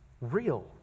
real